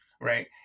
right